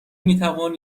میتوان